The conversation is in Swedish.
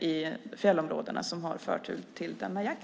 i fjällområdena som har förtur till denna jakt.